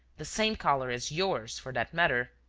the same colour as yours, for that matter.